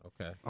Okay